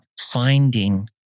finding